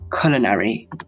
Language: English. culinary